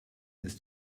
ist